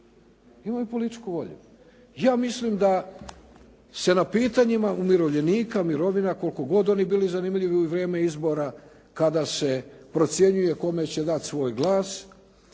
čak i političku volju. Ja mislim da se na pitanjima umirovljenika mirovina koliko god oni bili zanimljivi u vrijeme izbora kada se procjenjuje kome će dati svoj glas,